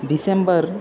December